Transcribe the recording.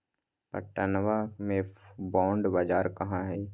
पटनवा में बॉण्ड बाजार कहाँ हई?